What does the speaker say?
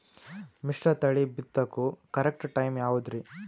ಮಿಶ್ರತಳಿ ಬಿತ್ತಕು correct time ಯಾವುದರಿ?